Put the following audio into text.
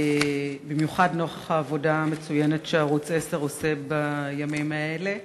במיוחד נוכח העבודה המצוינת שערוץ 10 עושה בימים האלה.